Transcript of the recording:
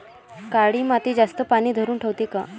काळी माती जास्त पानी धरुन ठेवते का?